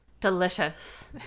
Delicious